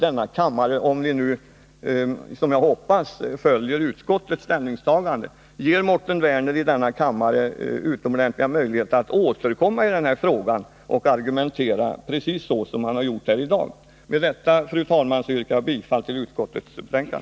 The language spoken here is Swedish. Om kammaren, som jag hoppas, biträder utskottets ställningstagande, ger vi också Mårten Werner utomordentliga möjligheter att återkomma i denna fråga och argumentera, precis så som han gjort här i dag. Med detta, fru talman, yrkar jag bifall till utskottets hemställan.